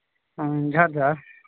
ᱦᱮᱸ ᱡᱚᱦᱟᱨ ᱡᱚᱦᱟᱨ